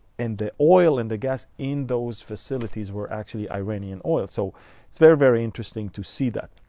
and the oil and the gas in those facilities were actually iranian oil. so it's very, very interesting to see that.